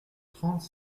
trente